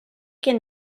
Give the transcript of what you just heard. can